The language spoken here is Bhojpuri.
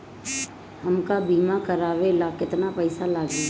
हमका बीमा करावे ला केतना पईसा लागी?